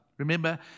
Remember